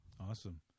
Awesome